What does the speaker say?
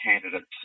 candidates